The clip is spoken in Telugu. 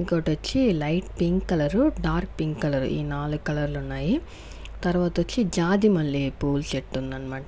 ఇంకోటి వచ్చి light pink colour dark pink colour ఈ నాలుగు కలర్లు ఉన్నాయి తర్వాత వచ్చి జాజిమల్లె పువ్వుల చెట్టు ఉంది అనమాట